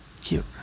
Cute